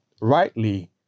rightly